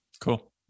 Cool